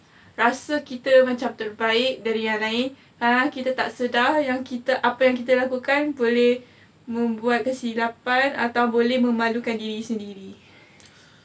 rasa kita macam terbaik dari yang lain padahal kita tak sedar yang apa yang kita lakukan boleh membuat kesilapan atau boleh memalukan diri sendiri